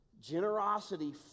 generosity